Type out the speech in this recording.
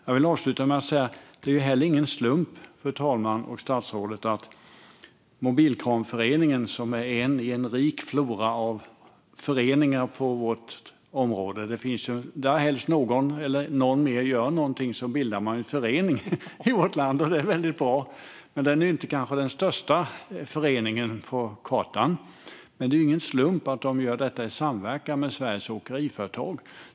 Jag vill avsluta med, fru talman och statsrådet, att Mobilkranföreningen är en i en rik flora av föreningar på vårt område. Varhelst någon och någon mer gör någonting i vårt land bildar man en förening. Det är väldigt bra. Den är kanske inte den största föreningen på kartan, men det är ingen slump att man gör detta i samverkan med Sveriges Åkeriföretag.